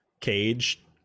cage